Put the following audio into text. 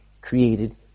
created